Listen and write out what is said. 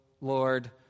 Lord